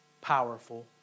powerful